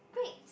great